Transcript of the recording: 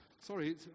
Sorry